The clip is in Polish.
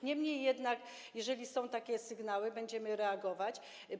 Niemniej jednak, jeżeli są takie sygnały, będziemy na nie reagować.